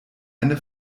eine